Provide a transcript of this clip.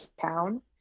town